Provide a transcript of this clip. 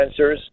sensors